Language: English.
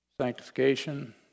sanctification